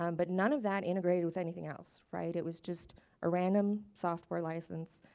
um but none of that integrated with anything else, right. it was just a random software license.